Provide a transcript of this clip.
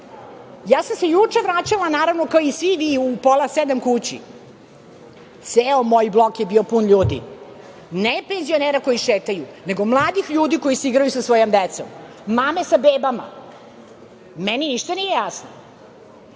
sam se juče vraćala, naravno, kao i svi vi, u pola sedam kući, ceo moj blok je bio pun ljudi, ne penzionera koji šetaju, nego mladih ljudi koji se igraju sa svojom decom, mame sa bebama. Meni ništa nije jasno.